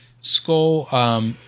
skull